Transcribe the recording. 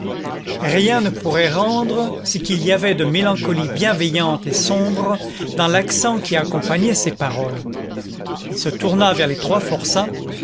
rien ne pourrait rendre ce qu'il y avait de mélancolie bienveillante et sombre dans l'accent qui accompagnait ces paroles il se tourna vers les trois forçats